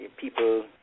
people